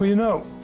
you know,